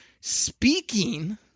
speaking